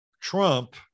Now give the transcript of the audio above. Trump